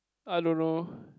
I don't know